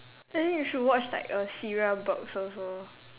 I think you should watch like a cereal box also